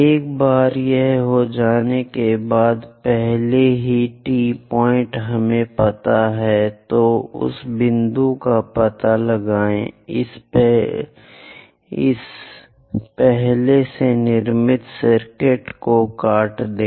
एक बार यह हो जाने के बाद पहले से ही T पॉइंट हमें पता है तो उस बिंदु का पता लगाएं इस पहले से निर्मित सर्किट को काट दें